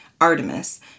Artemis